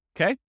Okay